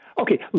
Okay